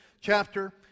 chapter